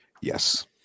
Yes